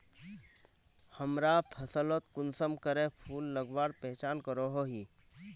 हमरा फसलोत कुंसम करे फूल लगवार पहचान करो ही?